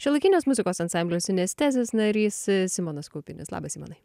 šiuolaikinės muzikos ansamblio sinestezijos narys simonas kaupinis labas simonai